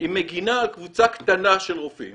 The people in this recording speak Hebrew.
היא מגנה על קבוצה קטנה של רופאים